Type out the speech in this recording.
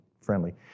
friendly